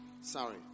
Sorry